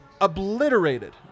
obliterated